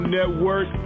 Network